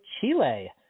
chile